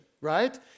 right